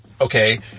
Okay